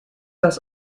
das